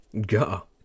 Go